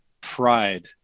pride